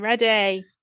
Ready